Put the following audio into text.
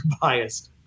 biased